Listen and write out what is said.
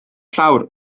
llawr